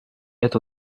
эту